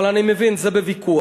אבל אני מבין, זה בוויכוח.